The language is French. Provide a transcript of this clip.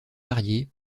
varié